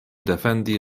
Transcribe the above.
defendi